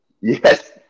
Yes